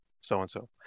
so-and-so